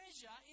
treasure